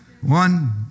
One